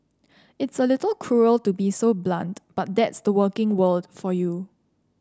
it's a little cruel to be so blunt but that's the working world for you